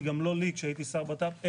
וגם לא לי כשהייתי שר בט"פ,